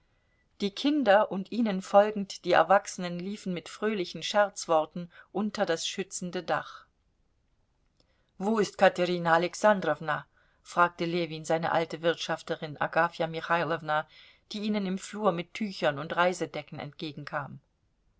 die kinder und ihnen folgend die erwachsenen liefen mit fröhlichen scherzworten unter das schützende dach wo ist katerina alexandrowna fragte ljewin seine alte wirtschafterin agafja michailowna die ihnen im flur mit tüchern und reisedecken entgegenkam